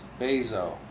Bezo